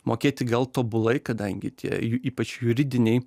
mokėti gal tobulai kadangi tie jų ypač juridiniai